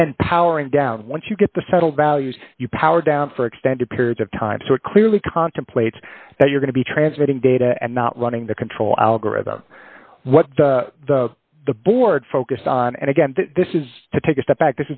and then powering down once you get the settled values you power down for extended periods of time so it clearly contemplates that you're going to be transmitting data and not running the control algorithm what the the board focussed on and again this is to take a step back